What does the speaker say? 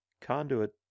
conduit